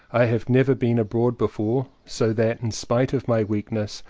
i have never been abroad before, so that, in spite of my weakness,